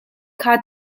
kha